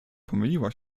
pomyliła